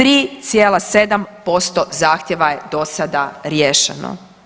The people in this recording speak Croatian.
3,7% zahtjeva je dosada riješeno.